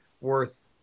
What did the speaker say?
worth